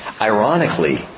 Ironically